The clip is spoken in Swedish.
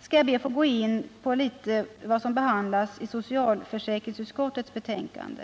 skall jag be att få gå in något på vad som behandlas i socialförsäkringsutskottets betänkande.